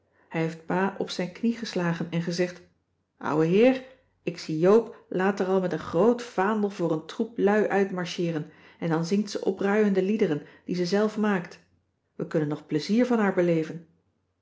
hij heeft pa op zijn knie geslagen en gezegd ouwe heer ik zie joop later al met een groot vaandel voor een troep lui uitmarcheeren en dan zingt ze opruiende liederen die ze zelf maakt we kunnen nog plezier van haar beleven